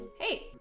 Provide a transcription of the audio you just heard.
Hey